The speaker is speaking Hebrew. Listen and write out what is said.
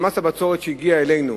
שמס הבצורת שהגיע אלינו